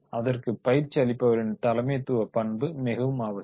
அதற்கு பயிற்சி அளிப்பவரின் தலைமைத்துவப் பண்பு மிகவும் அவசியம்